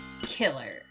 killer